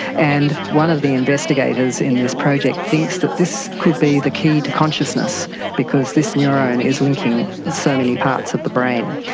and one of the investigators in this project thinks that this could be the key to consciousness because this neuron is linking so many parts of the brain.